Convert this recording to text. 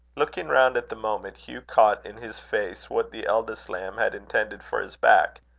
looking round at the moment, hugh caught in his face what the elder lamb had intended for his back,